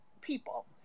people